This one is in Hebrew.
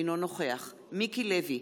אינו נוכח מיקי לוי,